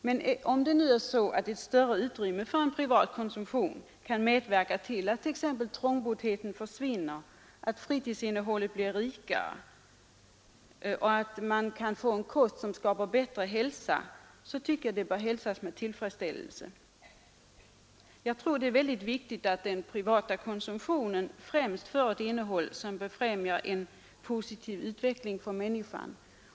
Men om ett större utrymme för privat konsumtion kan medverka till att trångboddhet försvinner, att fritidsinnehållet blir rikare och att man kan få en kost som skapar bättre hälsa bör det väcka tillfredsställelse. Jag tror att det är viktigt att den privata konsumtionen främst får ett innehåll, som befrämjar en positiv utveckling för människan.